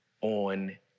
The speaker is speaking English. on